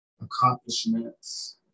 accomplishments